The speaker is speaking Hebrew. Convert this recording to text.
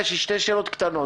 יש לי שתי שאלות קטנות.